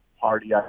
party